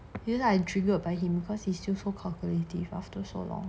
you know I triggered by him because he's still so calculative after so long